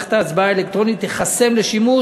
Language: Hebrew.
במערכת ההצבעה האלקטרונית תיחסם לשימוש,